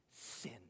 sin